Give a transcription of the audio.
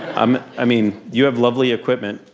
um i mean you have lovely equipment.